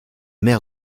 mère